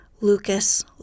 Lucas